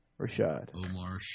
Rashad